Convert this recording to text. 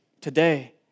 today